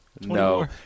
No